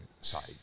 side